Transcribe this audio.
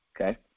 Okay